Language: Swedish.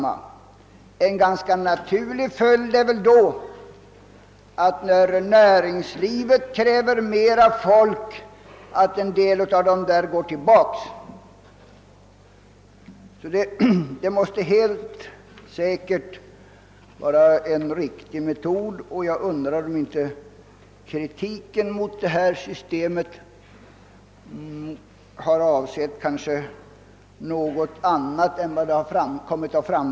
En ganska naturlig följd är väl då att en del sedan går till andra områden inom näringslivet, när man där kräver mera folk. Detta måste helt säkert vara en riktig metod. Jag undrar därför om inte kritiken mot detta system har avsett något annat än vad den har förefallit att avse.